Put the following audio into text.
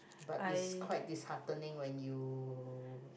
but is quite disheartening when you